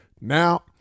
Now –